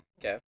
Okay